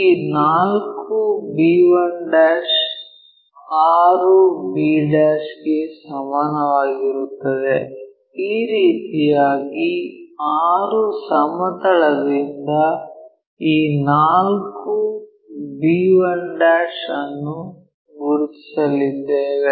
ಈ 4 b1 6b ಗೆ ಸಮಾನವಾಗಿರುತ್ತದೆ ಈ ರೀತಿಯಾಗಿ 6 ಸಮತಲದಿಂದ ಈ 4 b1 ಅನ್ನು ಗುರುತಿಸಲಿದ್ದೇವೆ